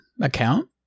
account